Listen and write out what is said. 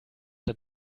der